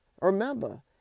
Remember